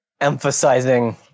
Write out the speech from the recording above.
emphasizing